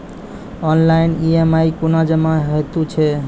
Online EMI कूना जमा हेतु छै?